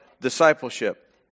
discipleship